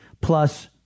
plus